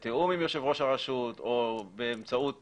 דיון בתיאום עם יושב-ראש הרשות או באמצעות